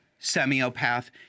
Semiopath